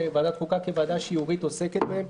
שוועדת החוקה כוועדה שיורית עוסקת בהם.